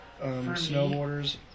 snowboarders